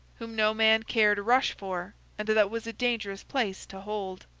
whom no man cared a rush for, and that was a dangerous place to hold.